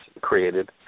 created